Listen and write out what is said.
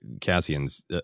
Cassian's